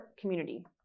community